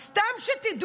אז סתם שתדעו,